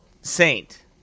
saint